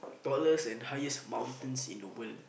tallest and highest mountains in the world